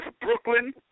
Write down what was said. Brooklyn